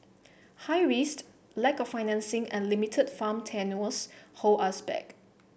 high risks lack of financing and limited farm tenures hold us back